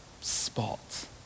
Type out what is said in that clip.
spot